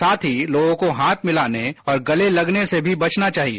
साथ ही लोगों को हाथ मिलाने और गले लगने से भी बचना चाहिए